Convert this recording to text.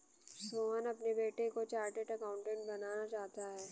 सोहन अपने बेटे को चार्टेट अकाउंटेंट बनाना चाहता है